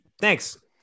thanks